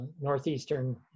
northeastern